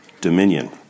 dominion